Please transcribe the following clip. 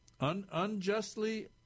unjustly